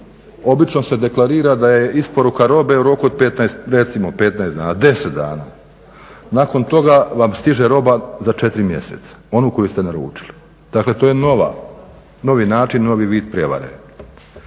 obično se deklarira da je isporuka robe u roku od 15, recimo 15 dana, 10 dana. Nakon toga vam stiže roba za 4 mjeseca onu koju ste naručili. Dakle, to je novi način, novi vid prevare.